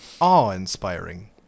Awe-inspiring